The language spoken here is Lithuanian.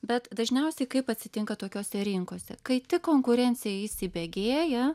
bet dažniausiai kaip atsitinka tokiose rinkose kai tik konkurencija įsibėgėja